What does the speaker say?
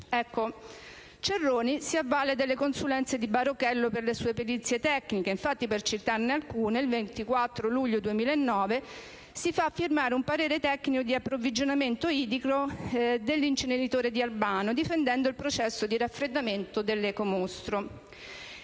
Giovi. Cerroni si avvale delle consulenze di Baruchello per le sue perizie tecniche: infatti, per citarne alcune, il 24 luglio 2009 si fa firmare un parere tecnico sull'approvvigionamento idrico dell'inceneritore di Albano, difendendo il processo di raffreddamento dell'ecomostro;